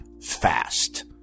fast